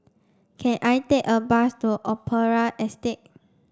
can I take a bus to Opera Estate